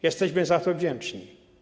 Jesteśmy za to wdzięczni.